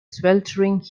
sweltering